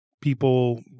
people